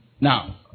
Now